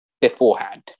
beforehand